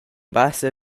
bassa